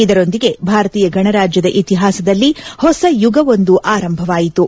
ಇದರೊಂದಿಗೆ ಭಾರತೀಯ ಗಣರಾಜ್ಯದ ಇತಿಹಾಸದಲ್ಲಿ ಹೊಸ ಯುಗವೊಂದು ಆರಂಭವಾಯಿತು